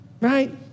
right